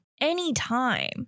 anytime